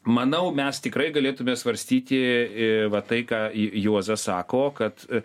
manau mes tikrai galėtume svarstyti va tai ką juo juozas sako kad